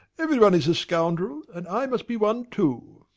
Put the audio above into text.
everybody is a scoundrel and i must be one too!